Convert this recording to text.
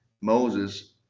Moses